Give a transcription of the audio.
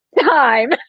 time